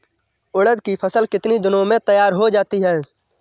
उड़द की फसल कितनी दिनों में तैयार हो जाती है?